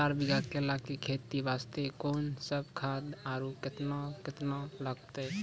चार बीघा केला खेती वास्ते कोंन सब खाद आरु केतना केतना लगतै?